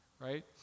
right